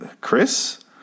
Chris